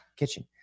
kitchen